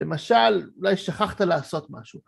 למשל, אולי שכחת לעשות משהו.